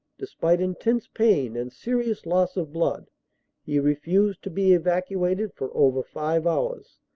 despite intense pain and serious loss of blood he refused to be evacuated for over five hours,